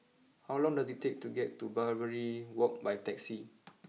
how long does it take to get to Barbary walk by taxi